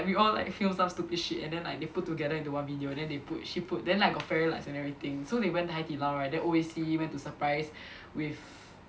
like we all like film some stupid shit and then like they put together into one video then they put she put then like got fairy lights and everything so they went Hai-Di-Lao right then O_A_C went to surprise with